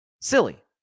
Silly